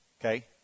Okay